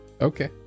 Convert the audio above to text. okay